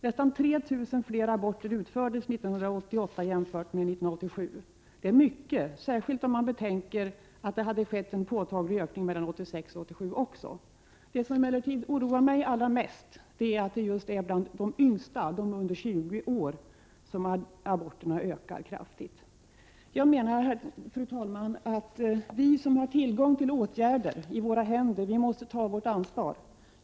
Nästan 3 000 fler aborter utfördes 1988 än 1987. Det är mycket, särskilt om man betänker att det också hade skett en påtaglig ökning mellan 1986 och 1987. Det som emellertid oroar mig allra mest är att aborterna ökar kraftigt bland de yngsta, bland dem som är under 20 år. Jag menar, fru talman, att vi som kan vidta åtgärder måste ta vårt ansvar.